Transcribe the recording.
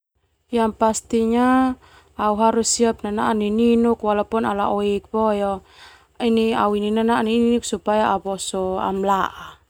Yang pastinya au harus siap nanaa nininuk walaupun au lao ek boe au ini nanaa nininuk supaya au boso amalaa.